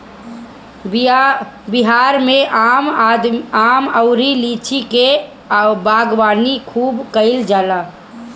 बिहार में आम अउरी लीची के बागवानी खूब कईल जाला